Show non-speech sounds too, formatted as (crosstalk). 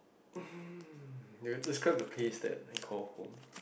(breath) describe the place that I call home